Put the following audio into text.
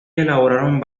elaboraron